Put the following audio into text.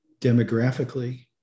demographically